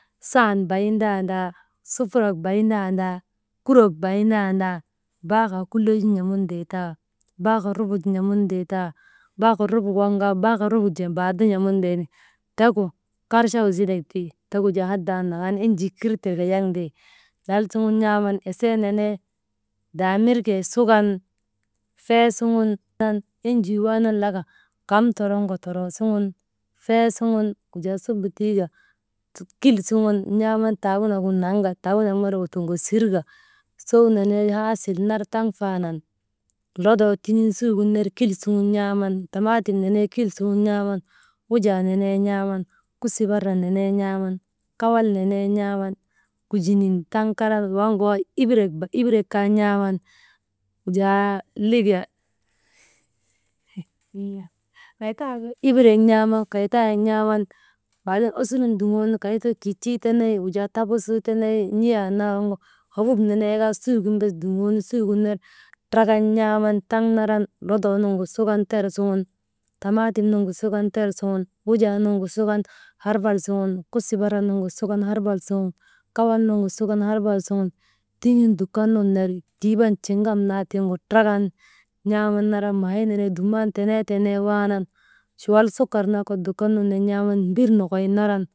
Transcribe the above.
Sahan bayin tan ndaa, sufurak bayin tandaa, kurok bayin tanndaa, baahaa kulley ju n̰amun tee taa, baahak rubu ju n̰amuntee taa, baahak rubu waŋ kaa, baahak rubu mbaar ti n̰amun tee ti, tegu karchay zitek ti, tegu jaa hadaa waŋ naŋaanu enjii kir tirka yaŋte, lal suŋun n̰aaman esee nenee daamirgee sukan, fee suŋun, enjii waanan laka kam toroŋka, toroo suŋun fee suŋun, wujaa subu tiika kill suŋun n̰aaman taahuunagin naŋka taahuunak melegu toŋgosirka sow nenee haasil nar taŋ faanan, lodoo tiŋin suugin ner n̰aaman, tamaatim nenee kil suŋun n̰aaman, wujaa nenee n̰aaman, kusibara nenee n̰aaman, kawal nenee n̰aaman, kujinin taŋ karan «hesitation» ibirek kaa n̰aaman «hesitation», ibirek n̰aaman, heetaayek n̰aaman, baaden osurun duŋoonu kay too kijtuu teney, wujaa tabusii teney, neyaa annaa waŋgu hobub nenee kaa suugin duŋoonu, sugin ner bes trakan n̰aaman taŋ. Lodoo nuŋgu sukan ter suŋun tamaatin nugu sukan ter suŋun, wujaa nuŋgu sukan herbal suŋun kusibar nugu sukan herbal suŋun, kawal nuŋgun sukan herbal suŋun, tiigin dukan nun ner kiiban ciŋgam naa tiŋgu trakan n̰aaman nar maan̰ii nenee dumnan tenee, tenee waanan, chuwal sukar naa dukan nun ner n̰aaman mbir nokoy naran.